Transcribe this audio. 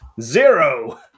Zero